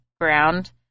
ground